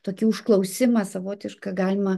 tokį užklausimą savotišką galima